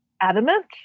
adamant